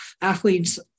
athletes